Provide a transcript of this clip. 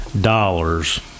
dollars